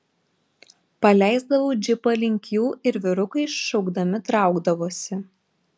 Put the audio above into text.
paleisdavau džipą link jų ir vyrukai šaukdami traukdavosi